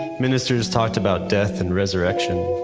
and ministers talked about death and resurrection.